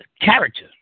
character